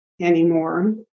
anymore